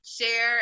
share